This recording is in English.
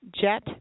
Jet